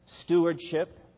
stewardship